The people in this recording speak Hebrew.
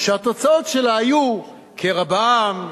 שהתוצאות שלה היו קרע בעם,